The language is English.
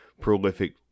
prolific